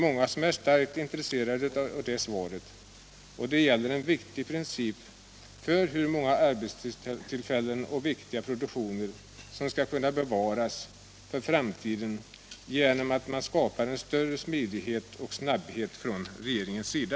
Många är starkt intresserade av det svaret, då det gäller en viktig princip för hur många arbetstillfällen och viktiga produktioner som skall kunna bevaras för framtiden genom större smidighet och snabbhet från regeringens sida.